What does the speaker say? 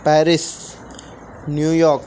Paris New York